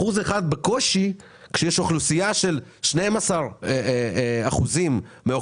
אחוז אחד בקושי כשיש אוכלוסייה של 12% מכלל